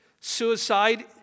suicide